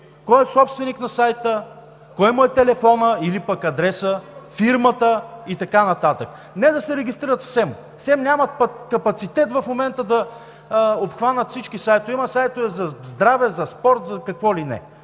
кой е собственик на сайта, кой му е телефонът или пък адресът, фирмата и така нататък. Не да се регистрират в СЕМ, в СЕМ нямат капацитет в момента да обхванат всички сайтове. Има сайтове за здраве, за спорт, за какво ли не.